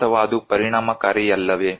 ಅಥವಾ ಅದು ಪರಿಣಾಮಕಾರಿಯಲ್ಲವೇ